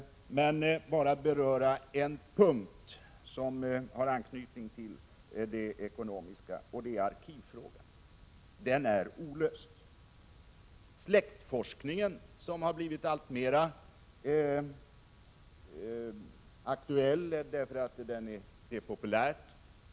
Jag vill bara beröra en punkt som har anknytning till det ekonomiska, och det är arkivfrågan. Den är olöst. Släktforskningen har blivit alltmer populär.